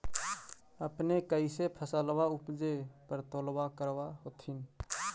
अपने कैसे फसलबा उपजे पर तौलबा करबा होत्थिन?